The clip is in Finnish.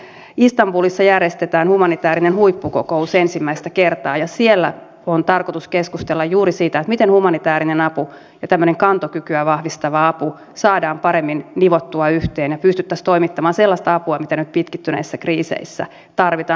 nythän istanbulissa järjestetään humanitäärinen huippukokous ensimmäistä kertaa ja siellä on tarkoitus keskustella juuri siitä miten humanitäärinen apu ja tämmöinen kantokykyä vahvistava apu saadaan paremmin nivottua yhteen ja pystyttäisiin toimittamaan sellaista apua mitä nyt pitkittyneissä kriiseissä tarvitaan